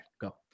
Go